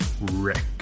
Rick